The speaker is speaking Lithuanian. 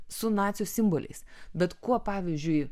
su nacių simboliais bet kuo pavyzdžiui